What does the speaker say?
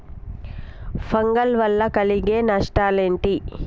Fungal వల్ల కలిగే నష్టలేంటి?